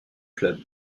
club